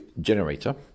generator